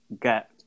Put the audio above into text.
get